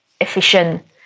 efficient